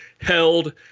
held